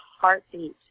heartbeat